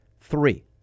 three